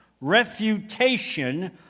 refutation